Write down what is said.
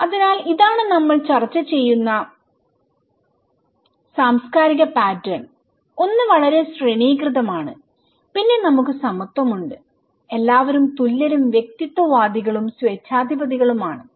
അതിനാൽ ഇതാണ് നമ്മൾ ചർച്ച ചെയ്ത സാംസ്കാരിക പാറ്റേൺ ഒന്ന് വളരെ ശ്രേണീകൃതമാണ് പിന്നെ നമുക്ക് സമത്വമുണ്ട് എല്ലാവരും തുല്യരും വ്യക്തിത്വവാദികളും സ്വേച്ഛാധിപതികളും ആണ്